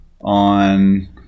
on